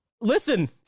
listen